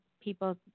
people